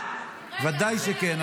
מה קרה --- ודאי שכן.